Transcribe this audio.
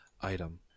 item